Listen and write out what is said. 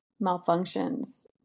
malfunctions